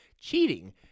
cheating